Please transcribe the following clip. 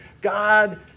God